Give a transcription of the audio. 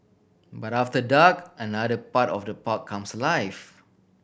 but after dark another part of the park comes alive